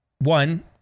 One